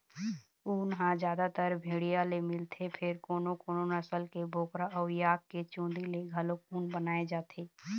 ऊन ह जादातर भेड़िया ले मिलथे फेर कोनो कोनो नसल के बोकरा अउ याक के चूंदी ले घलोक ऊन बनाए जाथे